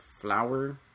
flower